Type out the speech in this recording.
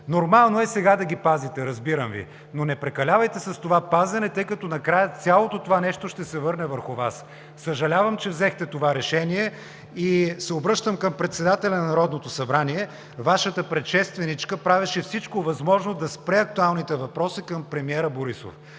Нормално е сега да ги пазите, разбирам Ви. Не прекалявайте обаче с това пазене, тъй като накрая цялото това нещо ще се върне върху Вас. Съжалявам, че взехте това решение. Обръщам се към председателя на Народното събрание. Вашата предшественичка правеше всичко възможно да спре актуалните въпроси към премиера Борисов.